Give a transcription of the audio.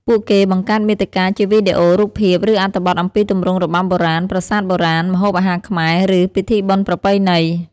ពួកគេបង្កើតមាតិកាជាវីដេអូ រូបភាព ឬអត្ថបទអំពីទម្រង់របាំបុរាណ ប្រាសាទបុរាណ ម្ហូបអាហារខ្មែរ ឬពិធីបុណ្យប្រពៃណី។